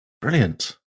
Brilliant